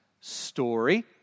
story